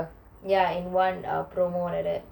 ya in one promo like that